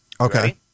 Okay